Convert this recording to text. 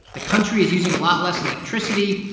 the country is using a lot less electricity.